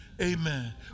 Amen